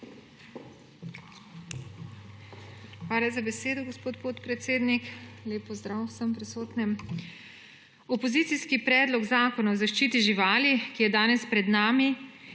Hvala za besedo, gospod podpredsednik. Lep pozdrav vsem prisotnim. Opozicijski predlog Zakon o zaščiti živali, ki je danes pred nami